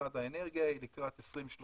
משרד האנרגיה לקראת 2030